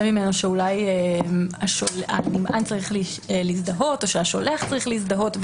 ממנו שאולי הנמען צריך להזדהות או שהשולח צריך להזדהות.